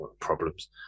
problems